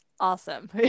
awesome